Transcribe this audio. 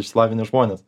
išsilavinę žmonės